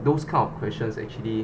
those kind of questions actually